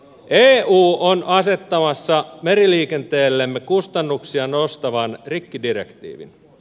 eu on asettamassa meriliikenteellemme kustannuksia nostavan rikkidirektiivin